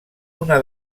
una